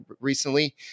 recently